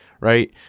right